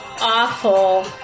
awful